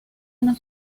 una